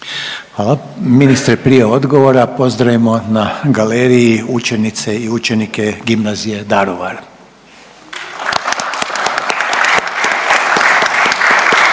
Hvala. Ministre prije odgovora pozdravimo na galeriji učenice i učenike Gimnazije